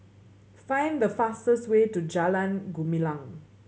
find the fastest way to Jalan Gumilang